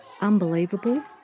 unbelievable